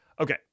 Okay